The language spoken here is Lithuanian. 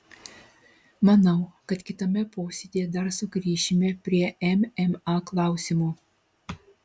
manau kad kitame posėdyje dar sugrįšime prie mma klausimo